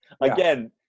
again